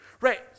right